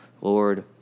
Lord